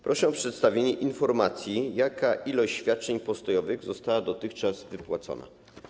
Proszę o przedstawienie informacji, jaka ilość świadczeń postojowych została dotychczas wypłacona.